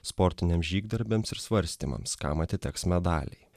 sportiniams žygdarbiams ir svarstymams kam atiteks medaliai